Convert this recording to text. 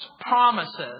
promises